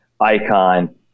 icon